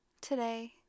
today